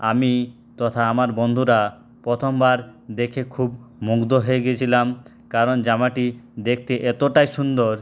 আমি তথা আমার বন্ধুরা প্রথমবার দেখে খুব মুগ্ধ হয়ে গেছিলাম কারণ জামাটি দেখতে এতটাই সুন্দর